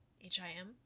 h-i-m